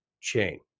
chain